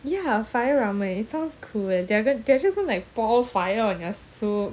ya fire ramen it sounds cool eh they are just they are just going to like pour fire on your soup